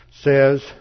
says